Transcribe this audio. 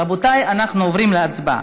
רבותיי, אנחנו עוברים להצבעה.